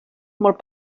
molt